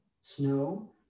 snow